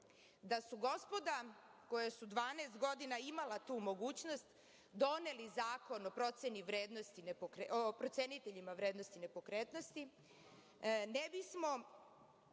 su gospoda koja su 12 godina imala tu mogućnost doneli zakon o proceniteljima vrednosti nepokretnosti, ne bismo